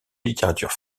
littérature